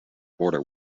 border